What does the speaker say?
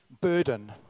burden